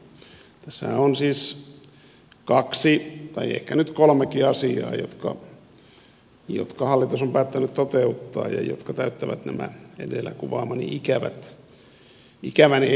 tässähän on nyt siis kaksi tai ehkä kolmekin asiaa jotka hallitus on päättänyt toteuttaa ja jotka täyttävät nämä edellä kuvaamani ikävän ehdon edellytykset